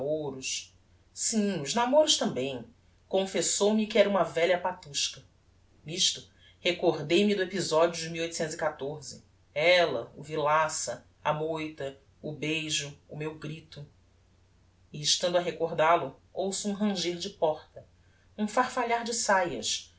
namoros sim os namoros tambem confessou-me que era uma velha patusca nisto recordei me do episodio de ella o villaça a moita o beijo o meu grito e estando a recordal o ouço um ranger de porta um farfalhar de saias